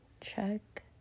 Check